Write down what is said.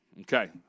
Okay